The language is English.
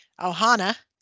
Ohana